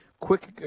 Quick